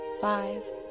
five